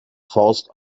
forst